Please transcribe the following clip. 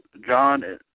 John